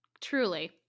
Truly